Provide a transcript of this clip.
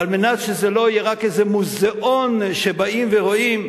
וכדי שזה לא יהיה רק איזה מוזיאון שבאים ורואים,